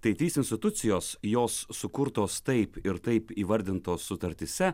tai trys institucijos jos sukurtos taip ir taip įvardintos sutartyse